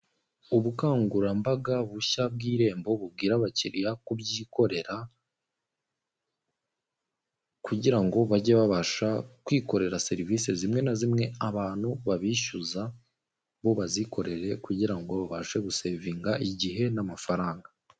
Ubukangurambaga bushya bw'irembo bubwira abakiliya kubyikorera, kugira ngo bajye babasha kwikorera serivisi zimwe na zimwe abantu babishyuza bo bazikorere kugira ngo babashe gusevinga igihe n'amafaranga.